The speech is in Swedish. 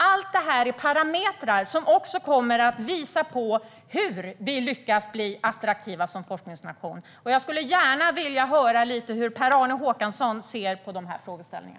Allt detta är parametrar som kommer att visa på hur vi lyckas bli attraktiva som forskningsnation. Jag skulle gärna vilja höra lite hur Per-Arne Håkansson ser på dessa frågeställningar.